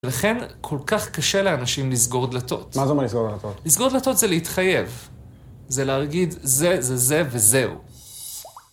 לכן כל כך קשה לאנשים לסגור דלתות. מה זה אומר לסגור דלתות? לסגור דלתות זה להתחייב. זה להגיד, זה, זה, זה וזהו.